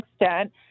extent